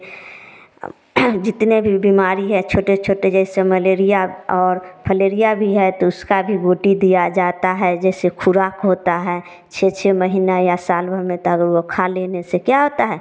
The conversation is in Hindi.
जितने भी बीमारी है छोटे छोटे जैसे मलेरिया और फलेरिया भी है तो उसका भी गोटी दिया जाता है जैसे खुराक होता है छः छः महीना या साल भर में तब वह खा लेने से क्या होता है